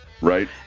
right